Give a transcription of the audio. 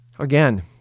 again